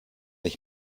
ich